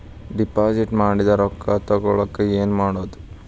Deposit ಮಾಡಿದ ರೊಕ್ಕ ತಗೋಳಕ್ಕೆ ಏನು ಮಾಡೋದು?